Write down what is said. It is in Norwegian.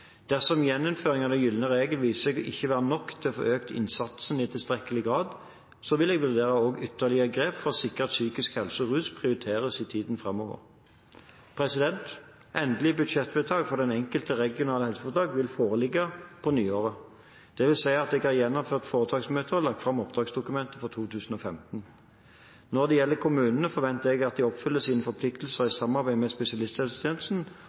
Dersom gjeninnføringen av den gylne regel viser seg ikke å være nok til å få økt innsatsen i tilstrekkelig grad, vil jeg også vurdere ytterligere grep for å sikre at psykisk helse og rus prioriteres i tiden framover. Endelig budsjettvedtak for det enkelte regionale helseforetak vil foreligge på nyåret. Det vil si at jeg har gjennomført foretaksmøter og lagt fram oppdragsdokumentet for 2015. Når det gjelder kommunene, forventer jeg at de oppfyller sine forpliktelser i samarbeid med spesialisthelsetjenesten